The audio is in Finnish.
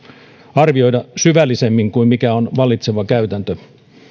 arvioida syvällisemmin kuin mikä on vallitseva käytäntö